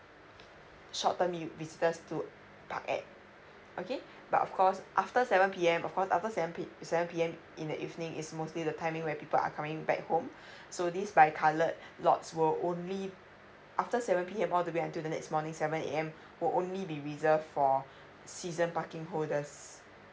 short term u~ visitors to park at okay but of course after seven P_M of course after seven P_M in the evening is mostly the timing where people are coming back home so this bi coloured lots will only after seven P_M all the way until the next morning seven A_M will only be reserved for season parking holders